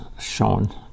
shown